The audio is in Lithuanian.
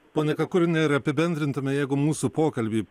ponia kakurina ir apibendrintume jeigu mūsų pokalbį